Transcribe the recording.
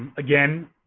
again,